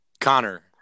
Connor